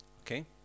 okay